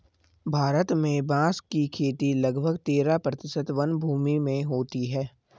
भारत में बाँस की खेती लगभग तेरह प्रतिशत वनभूमि में होती है